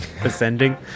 ascending